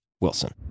Wilson